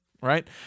right